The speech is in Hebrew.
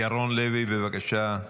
ירון לוי, בבקשה,